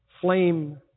flame